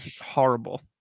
horrible